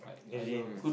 as in